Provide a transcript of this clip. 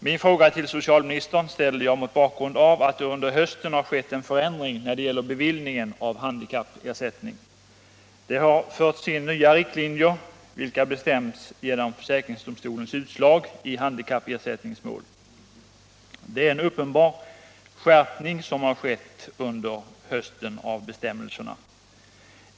Min fråga till socialministern ställde jag mot bakgrund av att det under hösten har skett en förändring när det gäller beviljandet av handikappersättning. Det har förts in nya riktlinjer, vilka bestämts genom försäkringsdomstolens utslag i handikappersättningsmål. Det är en uppenbar skärpning av bestämmelserna som har skett under hösten.